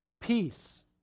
Peace